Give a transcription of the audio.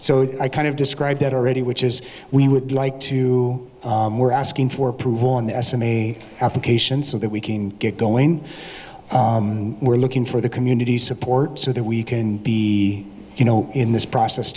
so i kind of describe it already which is we would like to we're asking for approval on the s m a application so that we can get going we're looking for the community support so that we can be you know in this process